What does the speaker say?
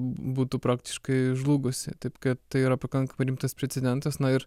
būtų praktiškai žlugusi taip kad tai yra pakankamai rimtas precedentas na ir